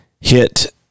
hit